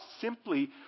simply